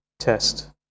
test